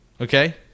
Okay